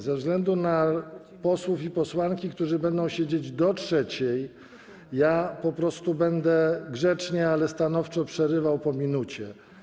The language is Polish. Ze względu na posłów i posłanki, którzy będą siedzieć do godz. 3, po prostu będę grzecznie, ale stanowczo przerywał po minucie.